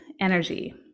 energy